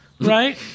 right